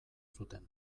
zuten